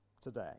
today